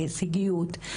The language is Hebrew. להישגיות,